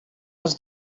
els